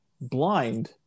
blind